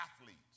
athletes